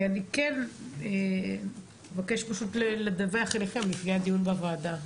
אני כן אבקש פשוט לדווח אליכם לקביעת דיון בוועדה,